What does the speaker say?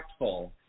impactful